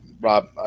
Rob